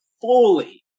fully